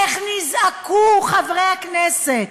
איך נזעקו חברי הכנסת,